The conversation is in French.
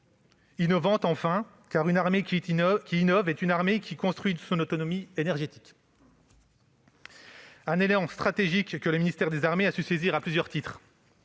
Innovante enfin, car une armée qui innove est une armée qui construit son autonomie stratégique. Cet élan technologique, le ministère des armées a su le saisir à plusieurs titres.